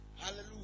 Hallelujah